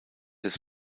des